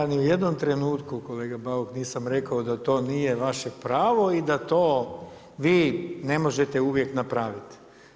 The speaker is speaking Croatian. Ja ni u jednom trenutku kolega Bauk, nisam rekao da to nije vaše pravo i da to vi ne možete uvijek napraviti.